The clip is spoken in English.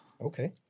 Okay